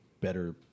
better